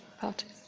parties